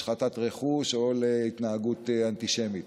השחתת רכוש או התנהגות אנטישמית.